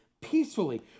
peacefully